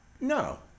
No